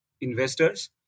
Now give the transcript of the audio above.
investors